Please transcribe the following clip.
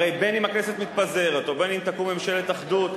הרי בין שהכנסת מתפזרת ובין שתקום ממשלת אחדות,